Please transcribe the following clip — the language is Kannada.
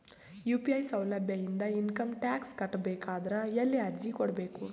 ಯು.ಪಿ.ಐ ಸೌಲಭ್ಯ ಇಂದ ಇಂಕಮ್ ಟಾಕ್ಸ್ ಕಟ್ಟಬೇಕಾದರ ಎಲ್ಲಿ ಅರ್ಜಿ ಕೊಡಬೇಕು?